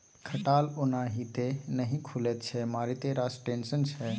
खटाल ओनाहिते नहि खुलैत छै मारिते रास टेंशन छै